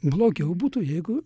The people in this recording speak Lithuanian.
blogiau būtų jeigu